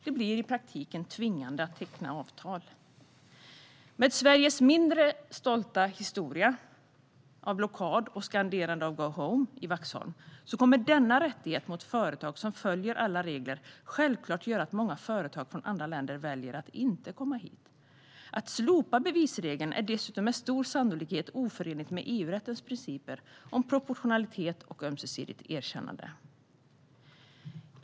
Det blir i praktiken tvingande att teckna avtal. Med Sveriges mindre stolta historia av blockad och skanderande av "go home" i Vaxholm kommer denna rättighet mot företag som följer alla regler självklart göra att många företag från andra länder väljer att inte komma hit. Att slopa bevisregeln är dessutom med stor sannolikhet oförenligt med EU-rättens principer om proportionalitet och ömsesidigt erkännande.